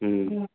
ꯎꯝ